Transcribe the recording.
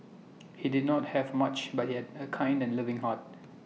he did not have much but he had A kind and loving heart